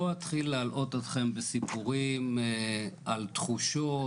לא אתחיל להלאות אתכם בסיפורים על תחושות,